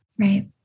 Right